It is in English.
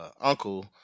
uncle